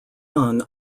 son